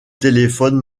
téléphone